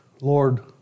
Lord